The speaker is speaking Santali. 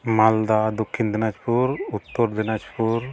ᱢᱟᱞᱫᱟ ᱫᱚᱠᱠᱷᱤᱱ ᱫᱤᱱᱟᱡᱽᱯᱩᱨ ᱩᱛᱛᱚᱨ ᱫᱤᱱᱟᱡᱽᱯᱩᱨ